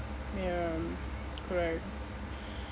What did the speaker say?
ya correct